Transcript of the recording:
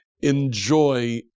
Enjoy